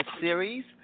series